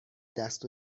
دست